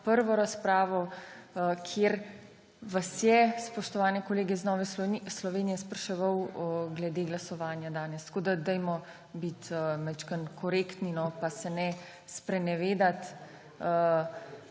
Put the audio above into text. prvo razpravo, kjer vas je, spoštovane kolege iz Nove Slovenije, spraševal glede glasovanja danes. Tako bodimo majčkeno korektni, no, pa se ne sprenevedati.